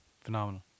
Phenomenal